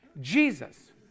Jesus